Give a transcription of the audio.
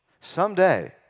Someday